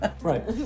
Right